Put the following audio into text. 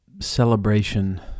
celebration